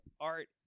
art